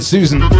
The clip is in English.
Susan